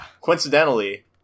coincidentally